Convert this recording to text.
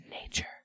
nature